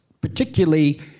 particularly